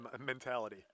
mentality